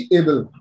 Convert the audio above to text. able